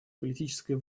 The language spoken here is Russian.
политической